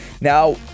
now